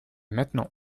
maintenant